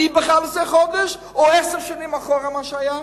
אני ב-11 חודש, או עשר שנים אחורה מה שהיה?